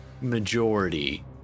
majority